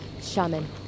shaman